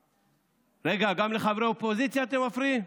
רגע, גם לחברי האופוזיציה אתם מפריעים?